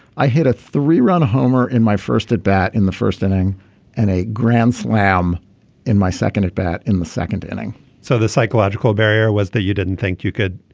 i hit a three run homer in my first at bat in the first inning and a grand slam in my second at bat in the second inning so the psychological barrier was that you didn't think you could.